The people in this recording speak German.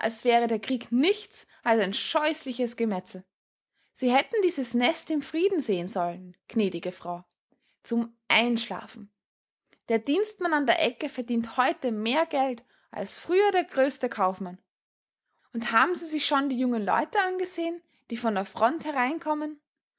wäre der krieg nichts als ein scheußliches gemetzel sie hätten dieses nest im frieden sehen sollen gnädige frau zum einschlafen der dienstmann an der ecke verdient heute mehr geld als früher der größte kaufmann und haben sie sich schon die jungen leute angesehen die von der front hereinkommen